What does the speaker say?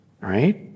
Right